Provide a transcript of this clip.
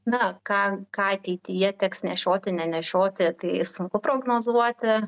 na ką ką ateityje teks nešioti nenešioti tai sunku prognozuoti